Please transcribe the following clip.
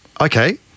okay